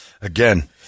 again